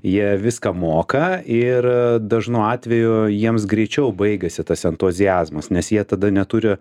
jie viską moka ir dažnu atveju jiems greičiau baigiasi tas entuziazmas nes jie tada neturi